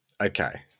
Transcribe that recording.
Okay